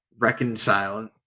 reconcile